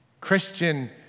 Christian